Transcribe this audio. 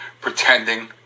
pretending